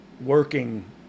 working –